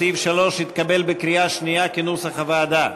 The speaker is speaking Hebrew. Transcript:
סעיף 3 התקבל בקריאה שנייה כנוסח הוועדה.